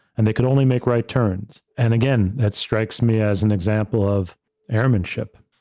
and they could only make right turns and again, that strikes me as an example of airmanship.